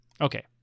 Okay